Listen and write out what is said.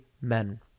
men